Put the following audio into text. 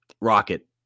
Rocket